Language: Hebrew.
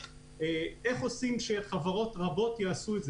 איך עושים שחברות רבות יעשו את זה.